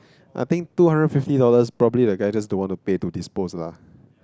I think two hundred fifty dollars probably the guy just don't want to pay to dispose lah